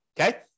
okay